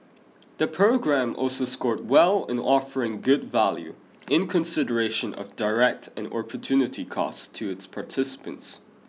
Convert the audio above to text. the programme also scored well in offering good value in consideration of direct and opportunity costs to its participants